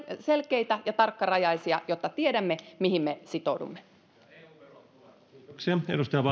selkeitä ja tarkkarajaisia jotta tiedämme mihin me sitoudumme